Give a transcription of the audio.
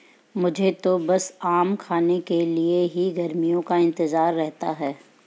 मुझे तो बस आम खाने के लिए ही गर्मियों का इंतजार रहता है